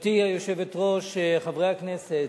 גברתי היושבת-ראש, חברי הכנסת,